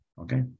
Okay